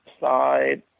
side